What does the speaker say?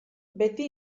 beti